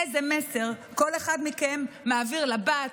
איזה מסר כל אחד מכם מעביר לבת,